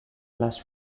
lust